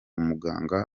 muganga